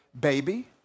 baby